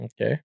Okay